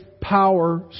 power